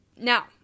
Now